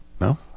no